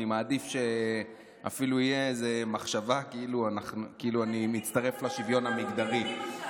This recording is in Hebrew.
אני מעדיף שאפילו תהיה איזו מחשבה כאילו אני מצטרף לשוויון המגדרי.